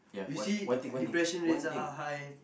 you see depression rates are are high